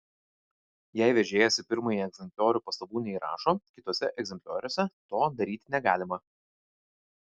jei vežėjas į pirmąjį egzempliorių pastabų neįrašo kituose egzemplioriuose to daryti negalima